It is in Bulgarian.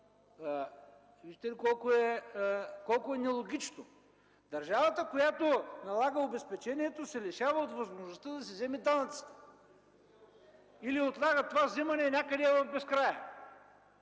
ли колко е нелогично? Държавата, която налага обезпечението, се лишава от възможността да си вземе данъците или отлага това вземане някъде в безкрая,